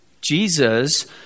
Jesus